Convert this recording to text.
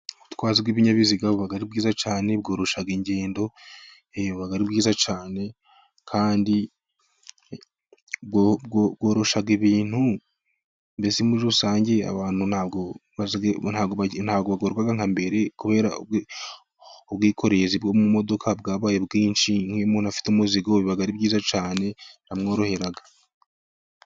Ubutwazi bw'ibinyabiziga buba bwiza cyane, bworoshya ingendo buba ari bwiza cyane kandi bworoshya ibintu. Mbese muri rusange, abantu ntabwo bagorwa nka mbere, kubera ubwikorezi bwo mu modoka bwabaye bwinshi, nk'iyo umuntu afite umuzigo biba ari byiza cyane biramworohera.